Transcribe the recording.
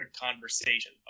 conversation